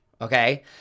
Okay